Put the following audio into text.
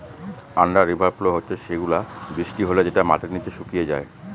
under river flow হচ্ছে সেগুলা বৃষ্টি হলে যেটা মাটির নিচে শুকিয়ে যায়